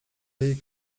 jej